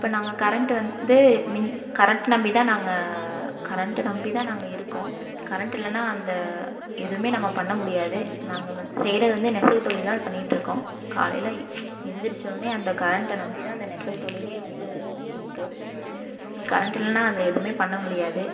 இப்போ நாங்கள் கரண்ட் வந்து மின் கரண்ட் நம்பிதான் நாங்கள் கரண்ட நம்பிதான் நாங்கள் இருக்கோம் கரண்ட் இல்லைனா அந்த எதுவுமே நம்ம பண்ணமுடியாது நாங்கள் செய்வது வந்து நெசவு தொழில்தான் பண்ணிகிட்ருக்கோம் காலையில் எழுந்திரிச்சோன்யே அந்த கரண்டை நம்பிதான் அந்த நெசவு தொழிலே வந்து இருக்குது கரண்ட் இல்லைனா அதில் எதுவுமே பண்ண முடியாது